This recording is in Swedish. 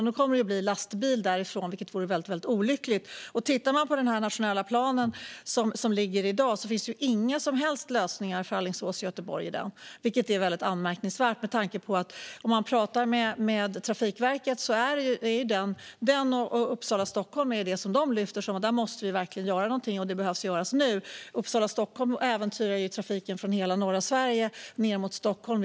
Då kommer det att bli lastbil därifrån, vilket vore väldigt olyckligt. Tittar man på den nationella plan som ligger i dag ser man inga som helst lösningar för Alingsås-Göteborg i den. Det är anmärkningsvärt med tanke på att Trafikverket lyfter fram den och Uppsala-Stockholm som de sträckor där vi verkligen måste göra något, och det behöver göras nu. Uppsala-Stockholm äventyrar ju trafiken från hela norra Sverige ned mot Stockholm.